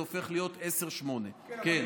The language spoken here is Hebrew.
זה הופך להיות 8:10. כן,